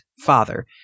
father